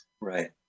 Right